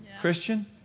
Christian